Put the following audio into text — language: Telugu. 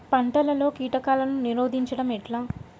పంటలలో కీటకాలను నిరోధించడం ఎట్లా?